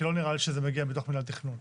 כי לא נראה לי שזה מגיע מתוך מינהל התכנון.